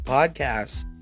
Podcasts